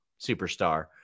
superstar